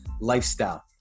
lifestyle